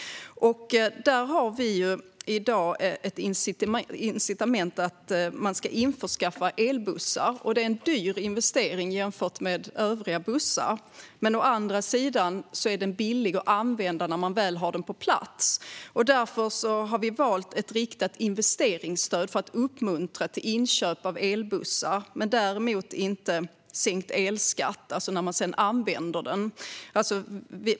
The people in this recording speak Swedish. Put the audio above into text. Vi har i dag ett incitament för att man ska införskaffa elbussar. Å ena sidan är elbussar en dyr investering jämfört med övriga bussar, å andra sidan är elbussen billig att använda när man väl har den på plats. Därför har vi valt att ha ett riktat investeringsstöd för att uppmuntra till inköp av elbussar, men vi har däremot inte sänkt elskatten vid användning.